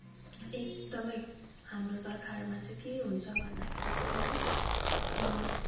एकदमै हाम्रो सरकारमा चाहिँ के हुन्छ भन्दाखेरि चाहिँ है